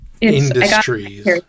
industries